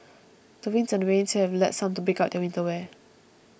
the winds and rain here have led some to break out their winter wear